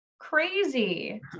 Crazy